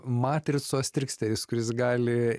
matricos triksteris kuris gali